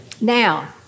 Now